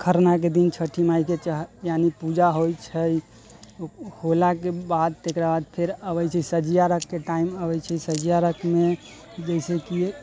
खरनाके दिन छठी माईके चढ़ा यानि पूजा होइ छै होलाके बाद तकरा बाद फेर अबै छै सँझिया अर्घके टाइम सँझिया अर्घमे जैसेकि